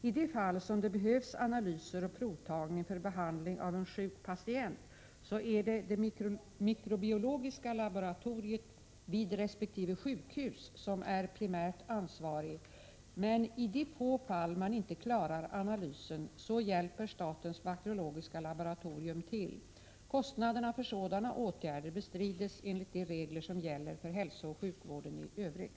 I de fall som det behövs analyser och provtagningar för behandling av en sjuk patient är det det mikrobiologiska laboratoriet vid resp. sjukhus som är primärt ansvarigt, men i de få fall man inte klarar analysen så hjälper statens bakteriologiska laboratorium till. Kostnaderna för sådana åtgärder bestrids enligt de regler som gäller för hälsooch sjukvården i övrigt.